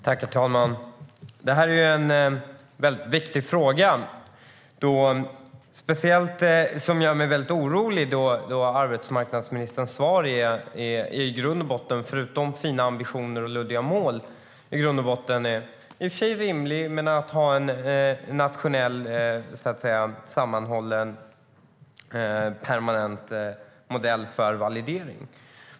Herr talman! Det här är en väldigt viktig fråga. Det som gör mig speciellt orolig i arbetsmarknadsministerns svar är - förutom fina ambitioner och luddiga mål - att det ska skapas en nationell, sammanhållen och permanent modell för validering.